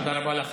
תודה רבה לך.